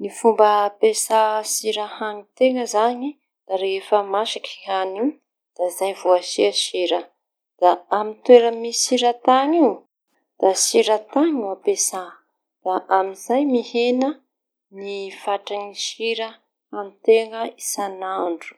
Ny fomba ampiasa sira hañi teña zañy rehefa masaky hañi io da zay vao asia sira. Da amy toera misy siran-tañy io da sira tañy no ampiasa. Da amizay miheña ny fatrañy sira hañin-teña isanandro.